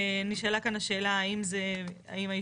נשאלה כאן השאלה האם האישור,